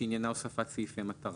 שעניינה הוספת סעיפי מטרה.